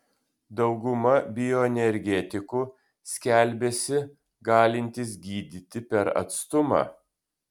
dauguma bioenergetikų skelbiasi galintys gydyti per atstumą